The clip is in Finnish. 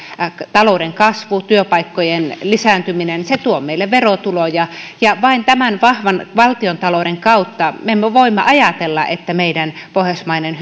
talouden kasvu työpaikkojen lisääntyminen tuo meille verotuloja vain tämän vahvan valtiontalouden kautta me voimme ajatella että meidän pohjoismainen